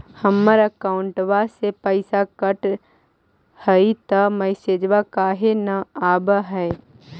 हमर अकौंटवा से पैसा कट हई त मैसेजवा काहे न आव है?